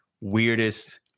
weirdest